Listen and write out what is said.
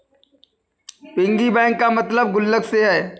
piggy bank का मतलब गुल्लक से है